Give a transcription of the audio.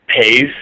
pays